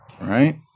right